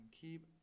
keep